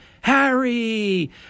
harry